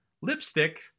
Lipstick